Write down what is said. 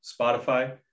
Spotify